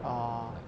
ah